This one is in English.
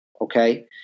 Okay